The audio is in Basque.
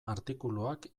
artikuluak